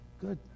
good